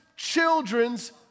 children's